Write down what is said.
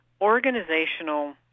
Organizational